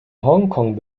hongkong